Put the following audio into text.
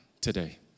today